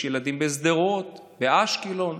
יש ילדים בשדרות, באשקלון,